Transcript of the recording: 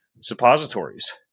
suppositories